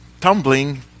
tumbling